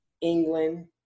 England